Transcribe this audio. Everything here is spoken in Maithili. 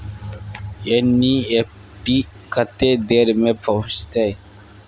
एन.ई.एफ.टी कत्ते देर में पहुंचतै?